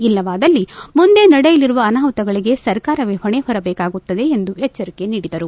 ಇಲ್ಲವಾದಲ್ಲಿ ಮುಂದೆ ನಡೆಯಲರುವ ಅನಾಹುಗಳಗೆ ಸರ್ಕಾರವೇ ಹೊಣೆ ಹೊರಬೇಕಾಗುತ್ತದೆ ಎಂದು ಎಚ್ಚರಿಕೆ ನೀಡಿದರು